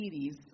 series